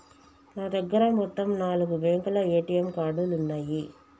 నా దగ్గర మొత్తం నాలుగు బ్యేంకుల ఏటీఎం కార్డులున్నయ్యి